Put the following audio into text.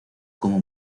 como